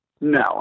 no